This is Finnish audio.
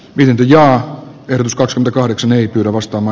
vinentin ja yrityskaksen kahdeksan ei arvostama